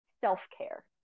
self-care